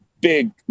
big